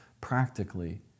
practically